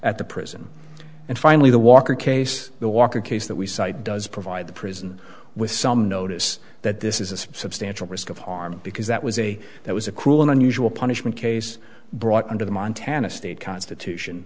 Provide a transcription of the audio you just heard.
at the prison and finally the walker case the walker case that we cite does provide the prison with some notice that this is a substantial risk of harm because that was a that was a cruel and unusual punishment case brought under the montana state constitution